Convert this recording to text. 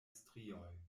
strioj